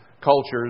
cultures